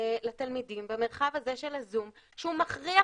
לתלמידים במרחב הזה של הזום שהוא מכריח